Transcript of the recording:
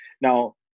Now